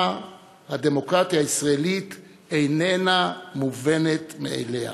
הדמוקרטיה הישראלית איננה מובנת מאליה.